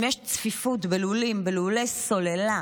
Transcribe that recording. אם יש צפיפות בלולים, בלולי סוללה,